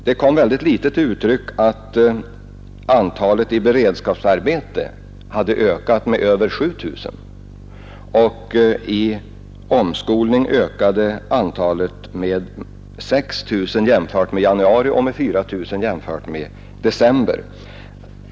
Det kom ytterst litet till offentligt uttryck att antalet i beredskapsarbete samtidigt ökat med över 7 000. I omskolning ökade antalet med 6 000 jämfört med januari och med 4 000 jämfört med december.